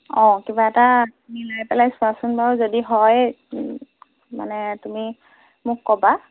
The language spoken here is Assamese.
অ কিবা এটা মিলাই পেলাই চোৱাচোন বাৰু যদি হয় ও মানে তুমি মোক ক'বা